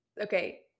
Okay